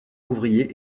ouvrier